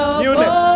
newness